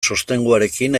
sostenguarekin